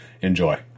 enjoy